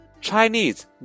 Chinese